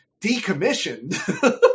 decommissioned